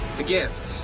the gift.